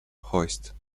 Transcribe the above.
hoist